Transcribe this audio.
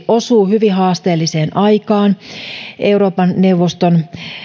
osuu hyvin haasteelliseen aikaan euroopan neuvoston